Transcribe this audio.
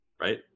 right